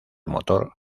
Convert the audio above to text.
motor